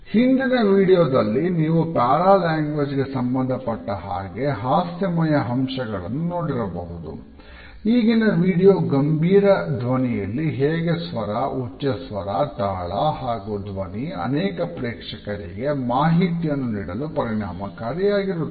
ಹಿಂದಿನ ವೀಡಿಯೊದಲ್ಲಿ ನೀವು ಪ್ಯಾರಾ ಲ್ಯಾಂಗ್ವೇಜ್ ಗೆ ಸಂಬಂಧಪಟ್ಟ ಹಾಗೆ ಹಾಸ್ಯಮಯ ಅಂಶಗಳನ್ನು ನೋಡಿರಬಹುದು ಈಗಿನ ವೀಡಿಯೊ ಗಂಭೀರ ಧ್ವನಿಯಲ್ಲಿ ಹೇಗೆ ಸ್ವರ ಉಚ್ಚ ಸ್ವರ ತಾಳ ಹಾಗೂ ಧ್ವನಿ ಅನೇಕ ಪ್ರೇಕ್ಷಕರಿಗೆ ಮಾಹಿತಿಯನ್ನು ನೀಡಲು ಪರಿಣಾಮಕಾರಿಯಾಗಿರುತ್ತದೆ